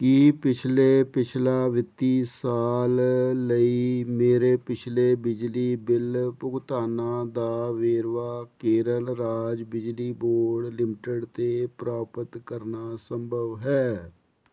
ਕੀ ਪਿਛਲੇ ਪਿਛਲਾ ਵਿੱਤੀ ਸਾਲ ਲਈ ਮੇਰੇ ਪਿਛਲੇ ਬਿਜਲੀ ਬਿੱਲ ਭੁਗਤਾਨਾਂ ਦਾ ਵੇਰਵਾ ਕੇਰਲ ਰਾਜ ਬਿਜਲੀ ਬੋਰਡ ਲਿਮਟਿਡ 'ਤੇ ਪ੍ਰਾਪਤ ਕਰਨਾ ਸੰਭਵ ਹੈ